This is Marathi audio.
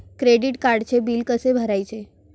क्रेडिट कार्डचे बिल कसे भरायचे?